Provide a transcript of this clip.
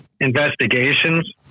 investigations